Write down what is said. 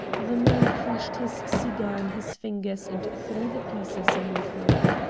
the man crushed his cigar in his fingers and threw the pieces on the floor.